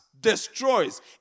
destroys